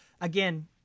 Again